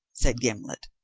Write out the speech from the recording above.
said gimblet,